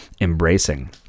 embracing